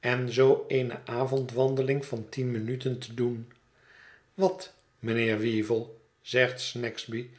en zoo eene avondwandeling van tien minuten te doen wat mijnheer weevle zegt snagsby